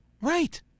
Right